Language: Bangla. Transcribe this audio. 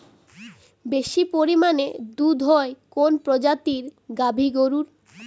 বেশি পরিমানে দুধ হয় কোন প্রজাতির গাভি গরুর?